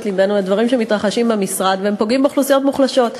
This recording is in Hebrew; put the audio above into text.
לבנו לדברים שמתרחשים במשרד ופוגעים באוכלוסיות מוחלשות.